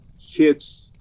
kids